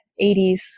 80s